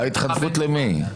ההתחנפות למי?